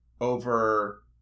over